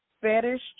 fetish